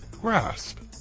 grasp